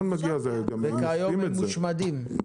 וכיום הם מושמדים?